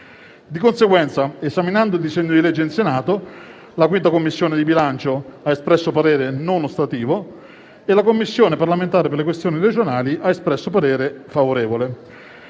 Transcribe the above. Di conseguenza, esaminando il disegno di legge in Senato, la Commissione bilancio ha espresso parere non ostativo e la Commissione parlamentare per le questioni regionali ha espresso parere favorevole,